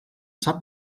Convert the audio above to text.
sap